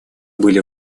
были